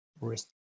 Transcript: risk